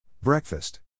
Breakfast